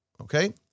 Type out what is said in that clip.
Okay